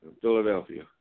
Philadelphia